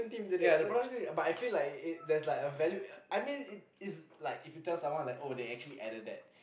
ya the production but I feel like it there's like a value I mean it is if you tell someone they actually added that